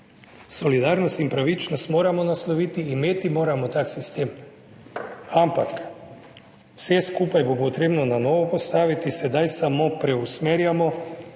Solidarnost in pravičnost moramo nasloviti, imeti moramo tak sistem, ampak vse skupaj bo potrebno na novo postaviti, sedaj samo preusmerjamo,